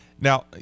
Now